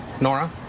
Nora